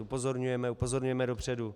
Upozorňujeme, upozorňujeme dopředu.